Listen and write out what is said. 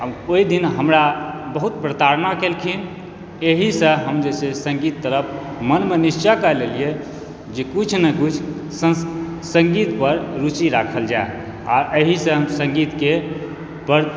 आ ओहिदिन हमरा बहुत प्रताड़ना केलखिन एहिसँ हम जे छै सङ्गीत तरफ मनमे निश्चय कए लेलियै कि किछु ने किछु सङ्गीतपर रुचि राखल जाय आ एहिसँ हम सङ्गीतके पर